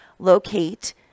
Locate